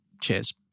Cheers